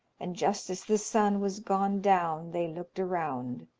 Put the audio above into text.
and just as the sun was gone down they looked around,